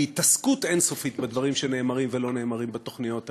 בהתעסקות אין-סופית בדברים שנאמרים ולא נאמרים בתוכניות האלה,